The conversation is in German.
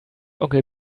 onkel